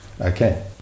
Okay